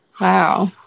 wow